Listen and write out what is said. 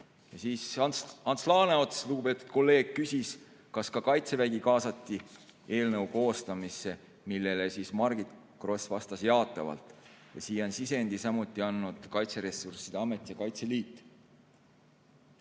Ants Laaneots, lugupeetud kolleeg, küsis, kas ka kaitsevägi kaasati eelnõu koostamisse, millele Margit Gross vastas jaatavalt. Oma sisendi on samuti andnud Kaitseressursside Amet ja Kaitseliit.